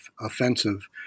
offensive